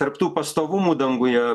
tarp tų pastovumų danguje